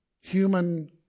human